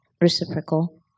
reciprocal